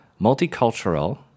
multicultural